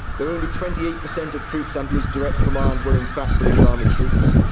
though only twenty eight percent of troops under his direct command were in fact british army troops.